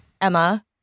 Emma